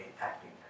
acting